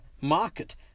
market